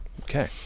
Okay